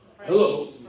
Hello